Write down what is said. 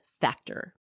Factor